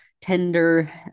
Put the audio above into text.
tender